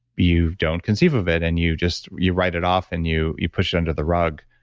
you don't conceive of it and you just, you write it off and you you push it under the rug.